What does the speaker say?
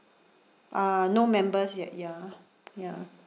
ah no members yet ya ya